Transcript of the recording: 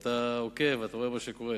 ואתה עוקב, אתה רואה מה שקורה,